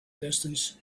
distance